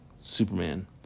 Superman